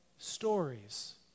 stories